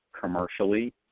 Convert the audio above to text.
commercially